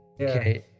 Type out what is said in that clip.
okay